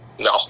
no